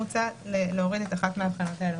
מוצע להוריד את אחת ההבחנות האלה.